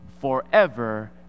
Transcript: forever